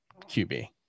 QB